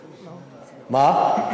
מה?